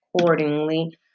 accordingly